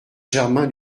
germain